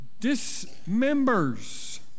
dismembers